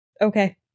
Okay